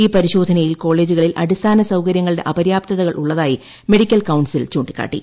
ഈപരിശോധനയിൽ കോളേജുകളിൽ അടിസ്ഥാന സൌകര്യങ്ങളുടെ അപര്യാപ്തതകൾ ഉള്ളതായി മെഡിക്കൽ കൌൺസിൽ ചൂണ്ടിക്കാട്ടി